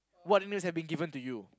what nicknames have been given to you